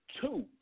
two